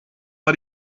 mal